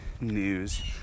news